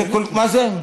מה זה?